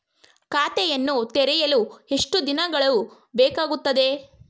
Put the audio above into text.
ಖಾತೆಯನ್ನು ತೆರೆಯಲು ಎಷ್ಟು ದಿನಗಳು ಬೇಕಾಗುತ್ತದೆ?